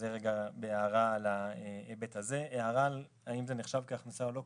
לגבי השאלה האם זה נחשב כהכנסה או לא: